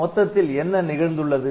மொத்தத்தில் என்ன நிகழ்ந்துள்ளது